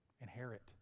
inherit